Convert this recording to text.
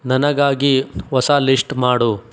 ನನಗಾಗಿ ಹೊಸ ಲಿಸ್ಟ್ ಮಾಡು